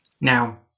now